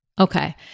Okay